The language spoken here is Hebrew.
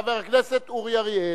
חבר הכנסת אורי אריאל.